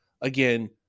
again